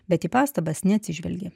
bet į pastabas neatsižvelgė